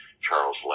Charles